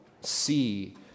see